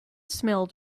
smelled